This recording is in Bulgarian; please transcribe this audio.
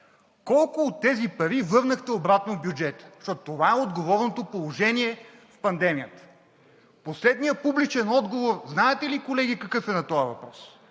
колко от тези пари върнахте обратно в бюджета? Защото това е отговорното положение в пандемията. Последният публичен отговор знаете ли, колеги, какъв е на този въпрос